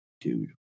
dude